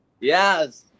Yes